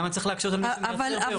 למה אני צריך להקשות על מי שמייצר באירופה?